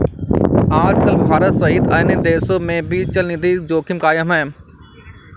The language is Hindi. आजकल भारत सहित अन्य देशों में भी चलनिधि जोखिम कायम है